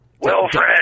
Wilfred